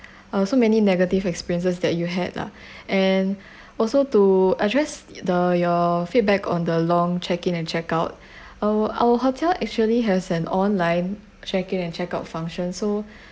uh so many negative experiences that you had lah and also to address the your feedback on the long check in and check out our our hotel actually has an online check in and checkout function so